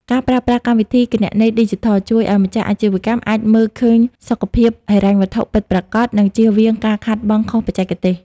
ការប្រើប្រាស់ កម្មវិធីគណនេយ្យឌីជីថល ជួយឱ្យម្ចាស់អាជីវកម្មអាចមើលឃើញសុខភាពហិរញ្ញវត្ថុពិតប្រាកដ និងចៀសវាងការខាតបង់ខុសបច្ចេកទេស។